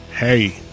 Hey